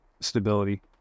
stability